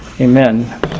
amen